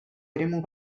eremu